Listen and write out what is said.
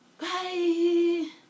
Bye